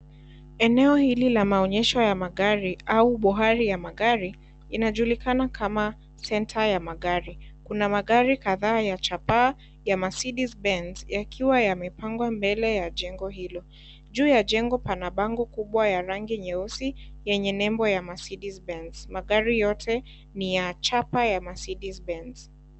Eneo hili la maonyesho ya magari au buhari ya magari inajulikana kama senta ya magari, kuna magari kadhaa ya chapaa ya (cs)Mercedes Benz(cs) yakiwa yamepangwa mbele ya jengo hilo, juu ya jengo pana bango kubwa ya rangi nyeusi yenye nembo ya (cs)Mercedes Benz(cs),magari yote ni ya chapa ya (cs)Mercedes Benz(cs)